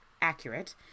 accurate